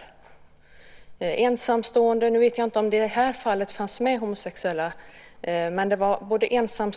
Det handlade om barn till ensamstående - nu vet jag inte om det i det här fallet fanns med barn i homosexuella